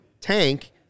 tank